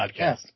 podcast